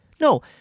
No